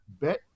bet